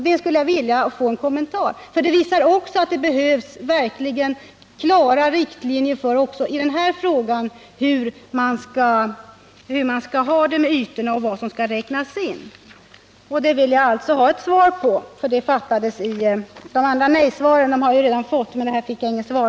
Det skulle jag som sagt vilja ha statsrådets kommentar till, för det visar att det också i den här frågan verkligen behövs klara riktlinjer för vad som skall räknas in i lekytorna. Det här vill jag alltså ha svar på, för det fattades i alla de nejsvar som jag redan fått.